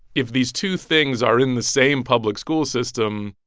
if these two things are in the same public school system,